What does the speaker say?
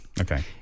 Okay